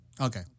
Okay